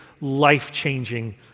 life-changing